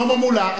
שלמה מולה,